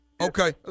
Okay